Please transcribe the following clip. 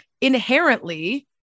inherently